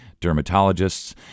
dermatologists